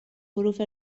حروف